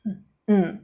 mm